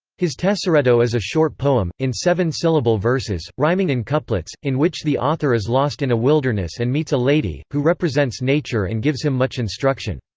his tesoretto is a short poem, in seven-syllable verses, rhyming in couplets, in which the author is lost in a wilderness and meets a lady, who represents nature and gives him much instruction.